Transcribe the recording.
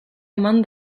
eman